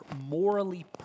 morally